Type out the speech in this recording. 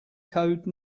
code